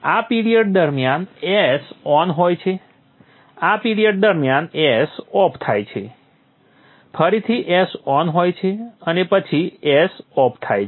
આ પિરીઅડ દરમિયાન S on હોય છે આ પિરીઅડ દરમિયાન S ઓફ થાય છે ફરીથી S ઓન હોય છે અને પછી S ઓફ થાય છે